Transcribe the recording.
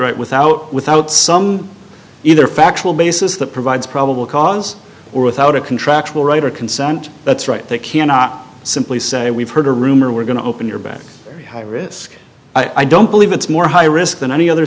right without without some either factual basis that provides probable cause or without a contractual right or consent that's right they cannot simply say we've heard a rumor we're going to open your back high risk i don't believe it's more high risk than any other